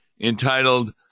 entitled